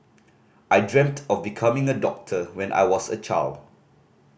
I dreamt of becoming a doctor when I was a child